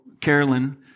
Carolyn